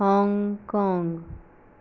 Hong Kong